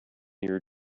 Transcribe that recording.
your